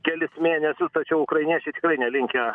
kelis mėnesius tačiau ukrainiečiai tikrai nelinkę